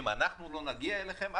אם אנחנו לא נגיע אליכם,